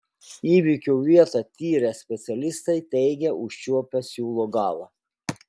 įvykio vietą tyrę specialistai teigia užčiuopę siūlo galą